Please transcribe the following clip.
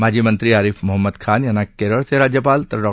माजी मंत्री आरिफ मोहम्मद खान यांना केरळचे राज्यपाल तर डॉ